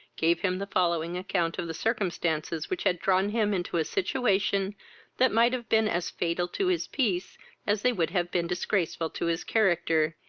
gave him the following account of the circumstances which had drawn him into a situation that might have been as fatal to his peace as they would have been disgraceful to his character,